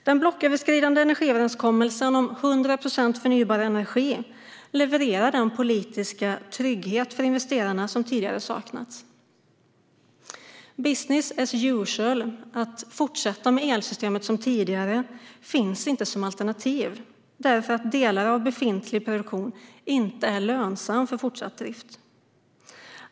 Den blocköverskridande energiöverenskommelsen om 100 procent förnybar energi levererar den politiska trygghet för investerarna som tidigare har saknats. Business as usual - att fortsätta med elsystemet som tidigare - finns inte som alternativ. Delar av befintlig produktion är nämligen inte lönsam för fortsatt drift.